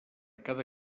cada